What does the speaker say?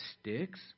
sticks